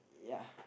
ya